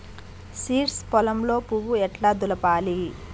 Seeds పొలంలో పువ్వు ఎట్లా దులపాలి?